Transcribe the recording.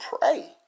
pray